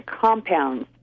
compounds